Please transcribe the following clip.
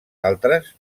altres